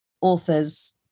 authors